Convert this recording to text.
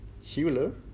healer